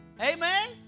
Amen